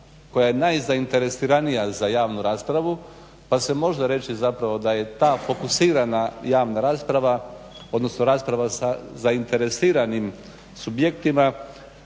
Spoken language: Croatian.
koja je najzainteresiranija za javnu raspravu pa se može reći zapravo da je ta fokusirana javna rasprava, odnosno rasprava sa zainteresiranim subjektima